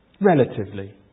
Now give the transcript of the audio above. Relatively